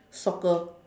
soccer